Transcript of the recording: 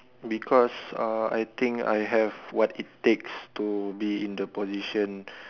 because uh I think I have what it takes to be in the position